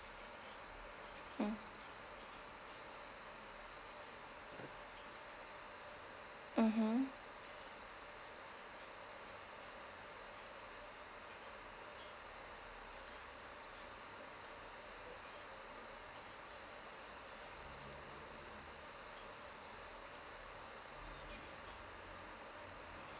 mm mmhmm